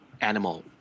animal